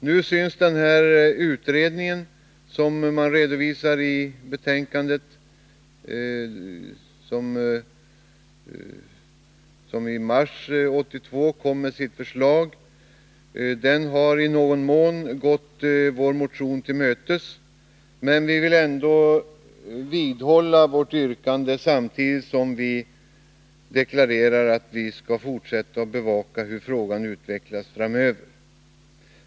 Nu synes den utredning som redovisas i betänkandet och som i mars 1982 lade fram sitt förslag i någon mån ha gått vår motion till mötes. Men vi vill ändå vidhålla vårt yrkande samtidigt som vi deklarerar att vi skall fortsätta att bevaka hur frågan utvecklas framöver.